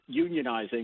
unionizing